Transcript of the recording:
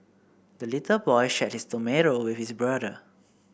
the little boy shared his tomato with his brother